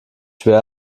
schwer